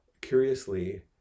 Curiously